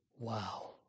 Wow